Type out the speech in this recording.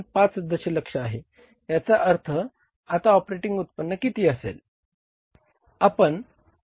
5 दशलक्ष आहे याचा अर्थ आता ऑपरेटिंग उत्पन्न किती असेल